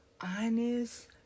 honest